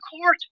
court